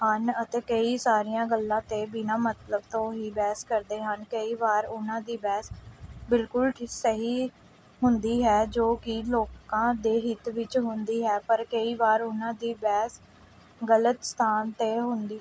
ਹਨ ਅਤੇ ਕਈ ਸਾਰੀਆਂ ਗੱਲਾਂ ਤਾਂ ਬਿਨਾਂ ਮਤਲਬ ਤੋਂ ਹੀ ਬਹਿਸ ਕਰਦੇ ਹਨ ਕਈ ਵਾਰ ਉਹਨਾਂ ਦੀ ਬਹਿਸ ਬਿਲਕੁਲ ਠ ਸਹੀ ਹੁੰਦੀ ਹੈ ਜੋ ਕਿ ਲੋਕਾਂ ਦੇ ਹਿੱਤ ਵਿੱਚ ਹੁੰਦੀ ਹੈ ਪਰ ਕਈ ਵਾਰ ਉਹਨਾਂ ਦੀ ਬਹਿਸ ਗਲਤ ਸਥਾਨ 'ਤੇ ਹੁੰਦੀ